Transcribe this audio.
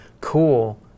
cool